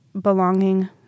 belonging